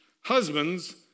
Husbands